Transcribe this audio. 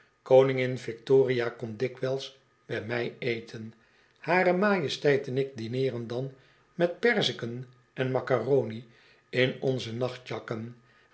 koningin victoria komt dikwijls bij mij eten hare majesteit en ik dineeren dan met perziken en maccaroni in onze